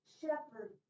shepherd